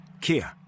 Kia